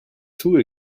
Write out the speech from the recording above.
too